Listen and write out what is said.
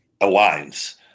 aligns